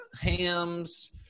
hams